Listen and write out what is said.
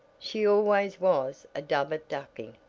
she always was a dub at ducking,